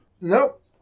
Nope